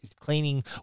cleaning